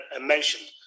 mentioned